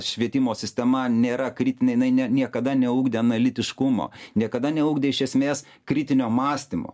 švietimo sistema nėra kritinė jinai ne niekada neugdė analitiškumo niekada neugdė iš esmės kritinio mąstymo